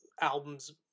albums